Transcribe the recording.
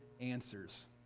answers